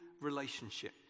relationship